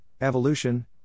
evolution